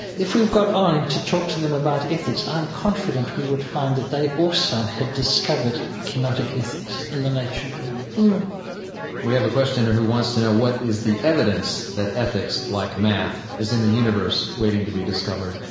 if we got on to talk to them about ethics, i'm confident we would find that they, also, had discovered kenotic ethics in the nature of the universe hmm we have a questioner who wants to know what is the evidence that ethics, like math, is in the universe, waiting to be discovered?